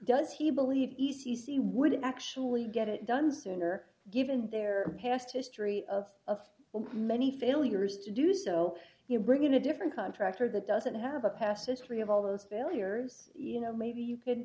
does he believe e c c would actually get it done sooner given their past history of of many failures to do so you bring in a different contractor that doesn't have a past history of all those bill years you know maybe you could